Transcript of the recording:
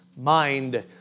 mind